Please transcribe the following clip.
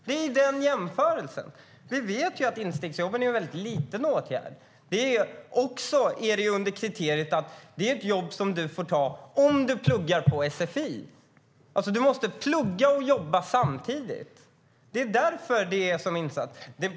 Det är samma jämförelse. Vi vet att instegsjobben är en väldigt liten åtgärd. Kriteriet är att man får ta jobbet om man pluggar på sfi. Man måste alltså plugga och jobba samtidigt. Det är en sådan insats.